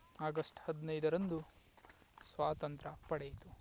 August ಹದಿನೈದರಂದು ಸ್ವಾತಂತ್ರ್ಯ ಪಡೆಯಿತು